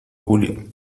julia